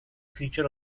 future